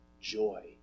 joy